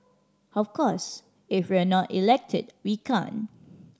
of course if we're not elected we can't